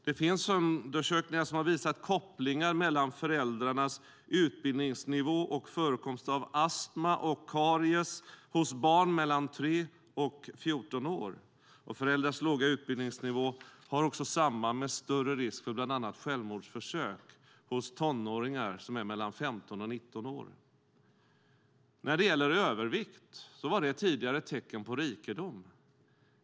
Det finns undersökningar som har visat kopplingar mellan föräldrarnas utbildningsnivå och förekomst av astma och karies hos barn mellan 3 och 14 år. Låg utbildningsnivå har också samband med större risk för bland annat självmordsförsök hos tonåringar som är mellan 15 och 19 år. Övervikt var tidigare ett tecken på rikedom.